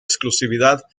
exclusividad